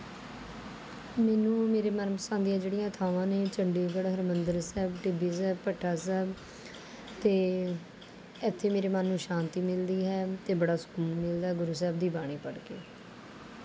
ਮੈਨੂੰ ਮੇਰੇ ਮਨਪਸੰਦ ਦੀਆਂ ਜਿਹੜੀਆਂ ਥਾਂਵਾਂ ਨੇ ਚੰਡੀਗੜ੍ਹ ਹਰਮੰਦਰ ਸਾਹਿਬ ਟਿੱਬੀ ਸਾਹਿਬ ਭੱਠਾ ਸਾਹਿਬ ਅਤੇ ਇੱਥੇ ਮੇਰੇ ਮਨ ਨੂੰ ਸ਼ਾਂਤੀ ਮਿਲਦੀ ਹੈ ਅਤੇ ਬੜਾ ਸਕੂਨ ਮਿਲਦਾ ਹੈ ਗੁਰੂ ਸਾਹਿਬ ਦੀ ਬਾਣੀ ਪੜ੍ਹ ਕੇ